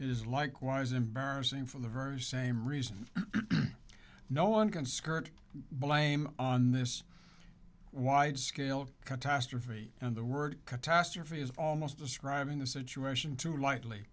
is likewise embarrassing for the very same reason no one can skirt blame on this wide scale of catastrophe and the work catastrophe is almost describing the situation too lightly